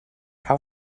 how